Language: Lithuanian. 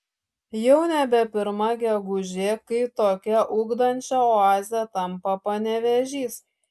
jau nebe pirma gegužė kai tokia ugdančia oaze tampa panevėžys